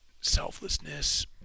selflessness